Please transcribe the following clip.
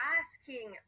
asking